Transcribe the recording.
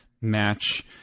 match